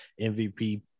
MVP